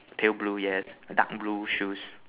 pale blue yes dark blue shoes